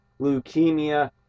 leukemia